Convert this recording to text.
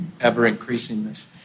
ever-increasingness